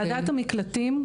ועדת המקלטים,